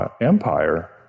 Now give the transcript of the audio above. Empire